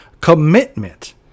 commitment